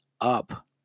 up